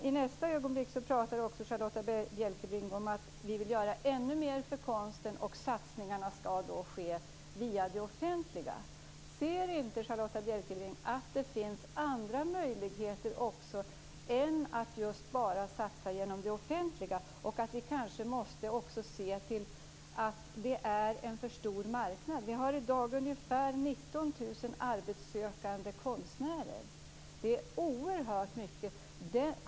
I nästa ögonblick pratar Charlotta Bjälkebring om att göra mer för konsten och att satsningarna skall ske via det offentliga. Ser inte Charlotta Bjälkebring att det finns andra möjligheter än att bara satsa genom det offentliga? Vi måste kanske också se till det faktum att det är en för stor marknad. Det finns i dag ungefär 19 000 arbetssökande konstnärer.